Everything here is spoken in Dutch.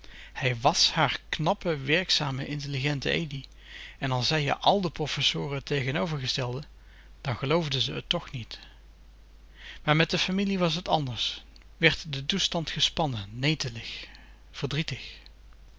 hij was haar knappe wèrkzame intelligente edi en al zeien al de professoren t tegenovergestelde dan geloofde ze t toch niet maar met de familie was t anders werd de toestand gespannen netelig verdrietig